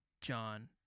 John